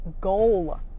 goal